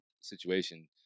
situation